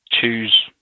choose